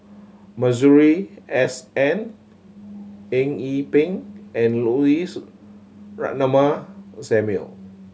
Masuri S N Eng Yee Peng and Louis Ratnammah Samuel